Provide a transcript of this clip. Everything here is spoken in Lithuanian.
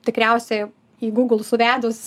tikriausiai į google suvedus